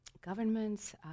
governments